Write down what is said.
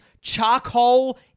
charcoal